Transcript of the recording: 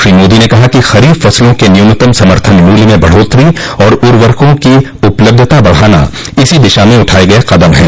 श्री मोदी ने कहा कि खरीफ फसलों के न्यूनतम समर्थन मूल्य में बढ़ोत्तरी और उर्वरकों की उपलब्धता बढ़ाना इसी दिशा में उठाये गये कदम ह